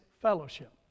fellowship